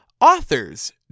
author's